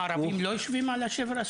הערבים לא יושבים על השבר הסורי-אפריקאי?